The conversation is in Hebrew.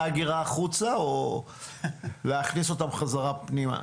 ההגירה החוצה או להכניס אותם חזרה פנימה,